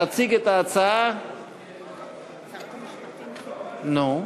תציג את ההצעה, שרת המשפטים, נו?